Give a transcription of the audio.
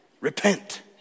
Repent